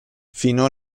fino